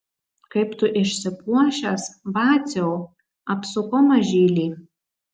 kaip tu išsipuošęs vaciau apsuko mažylį